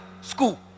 school